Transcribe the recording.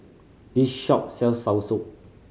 this shop sells soursop